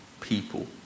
people